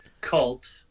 cult